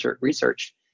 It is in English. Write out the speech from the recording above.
research